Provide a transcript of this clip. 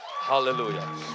Hallelujah